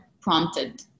prompted